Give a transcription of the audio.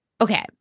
Okay